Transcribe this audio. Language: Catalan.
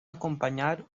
acompanyar